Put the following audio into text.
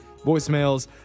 Voicemails